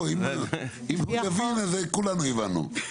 אם הוא יבין אז כולנו הבנו.